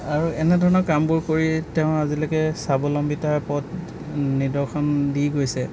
আৰু এনেধৰণৰ কামবোৰ কৰি তেওঁ আজিলৈকে স্বাৱলম্বীতাৰ পথ নিদৰ্শন দি গৈছে